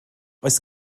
oes